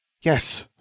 Yes